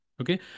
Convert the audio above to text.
Okay